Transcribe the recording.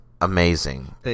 amazing